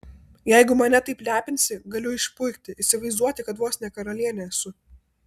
jeigu mane taip lepinsi galiu išpuikti įsivaizduoti kad vos ne karalienė esu